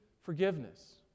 forgiveness